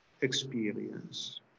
experience